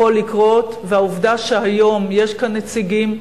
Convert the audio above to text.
יכול לקרות, והעובדה שהיום יש כאן נציגים,